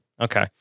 Okay